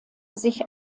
sich